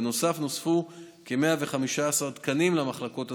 בנוסף, נוספו כ-115 תקנים למחלקות הסגורות.